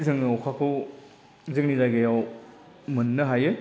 जोङो अखाखौ जोंनि जायगायाव मोननो हायो